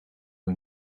hun